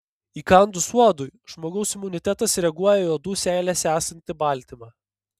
įkandus uodui žmogaus imunitetas reaguoja į uodų seilėse esantį baltymą